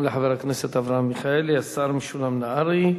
לחבר הכנסת אברהם מיכאלי השר משולם נהרי,